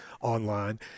online